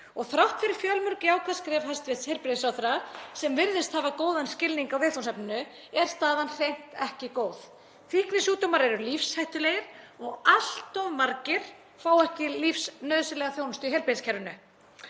Þrátt fyrir fjölmörg jákvæð skref hæstv. heilbrigðisráðherra, sem virðist hafa góðan skilning á viðfangsefninu, er staðan hreint ekki góð. Fíknisjúkdómar eru lífshættulegir og allt of margir fá ekki lífsnauðsynlega þjónustu í heilbrigðiskerfinu.